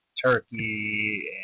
Turkey